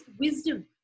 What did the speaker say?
wisdom